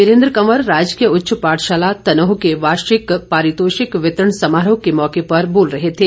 वीरेंद्र कवर राजकीय उच्च पाठशाला तनोह के वार्षिक पारितोषिक वितरण समारोह के मौके पर बोल रहे थे